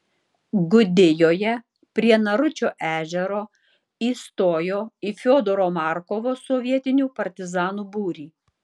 gudijoje prie naručio ežero įstojo į fiodoro markovo sovietinių partizanų būrį